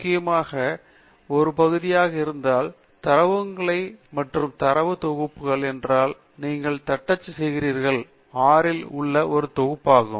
முக்கியமானது அல்லது ஆர் இன் ஒரு பகுதியாக இருந்தால் தரவுத்தளங்கள் மற்றும் தரவுத் தொகுப்புகள் என்றால் நீங்கள் தட்டச்சு செய்கிறீர்கள் ஆர் இல் உள்ள ஒரு தொகுப்பு ஆகும்